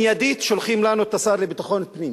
מייד שולחים לנו את השר לביטחון פנים.